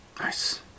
Nice